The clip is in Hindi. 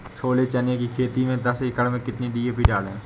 छोले चने की खेती में दस एकड़ में कितनी डी.पी डालें?